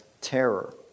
terror